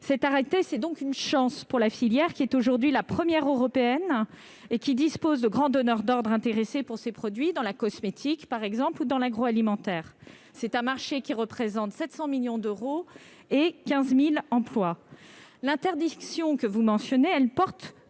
Cet arrêté est donc une chance pour la filière, qui est aujourd'hui la première en Europe et qui dispose de grands donneurs d'ordre intéressés par ses produits, par exemple dans la cosmétique ou dans l'agroalimentaire. Ce marché représente 700 millions d'euros et 15 000 emplois. L'interdiction que vous mentionnez ne porte